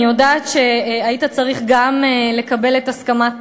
אני יודעת שהיית צריך גם לקבל את הסכמות